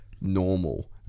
normal